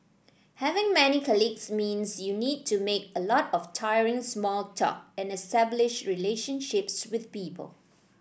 having many colleagues means you need to make a lot of tiring small talk and establish relationships with people